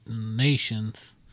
nations